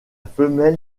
femelle